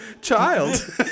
child